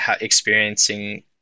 experiencing